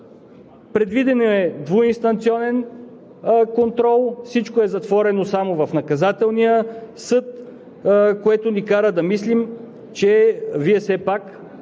Предвиден е двуинстанционен контрол, всичко е затворено само в Наказателния съд, което ни кара да мислим, че Вие все